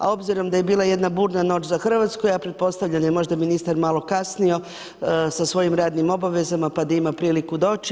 A obzirom da je bila jedna burna noć za Hrvatsku ja pretpostavljam da je možda ministar malo kasnije sa svojim radnim obavezama pa da ima priliku doći.